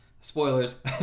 spoilers